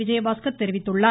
விஜயபாஸ்கர் தெரிவித்துள்ளார்